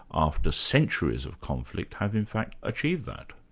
after centuries of conflict have in fact achieved that.